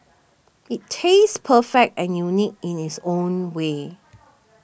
it tastes perfect and unique in its own way